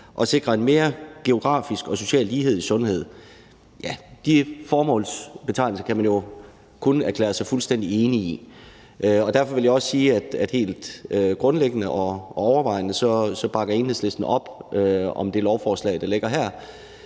sikres »mere geografisk og social lighed i sundhed«, kan man jo kun erklære sig fuldstændig enig i de formålsbetegnelser. Derfor vil jeg også sige, at helt grundlæggende og overvejende bakker Enhedslisten op om det lovforslag, der ligger her,